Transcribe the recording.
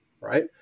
right